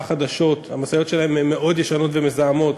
חדשות המשאיות שלה מאוד ישנות ומזהמות,